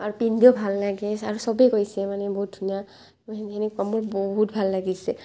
আৰু পিন্ধিও ভাল লাগিছে আৰু সবেই কৈছে মানে বহুত ধুনীয়া সেনেকুৱা মোৰ বহুত ভাল লাগিছে